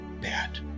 bad